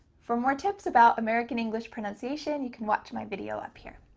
for more tips about american english pronunciation, you can watch my video up here.